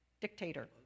Dictator